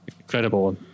Incredible